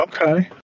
Okay